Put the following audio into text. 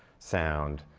sound,